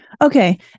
Okay